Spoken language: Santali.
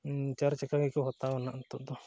ᱪᱟᱨ ᱪᱟᱠᱟ ᱜᱮᱠᱚ ᱦᱟᱛᱟᱣᱟ ᱱᱟᱦᱟᱜ ᱱᱤᱛᱚᱜ ᱫᱚ